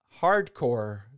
hardcore